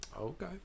Okay